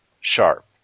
sharp